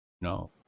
no